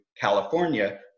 California